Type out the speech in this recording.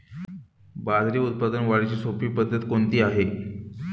बाजरी उत्पादन वाढीची सोपी पद्धत कोणती आहे?